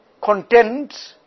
content